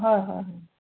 হয় হয় হয়